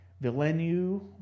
Villeneuve